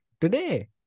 today